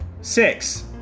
Six